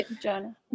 jonah